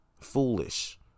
Foolish